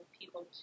people